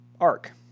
arc